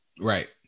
right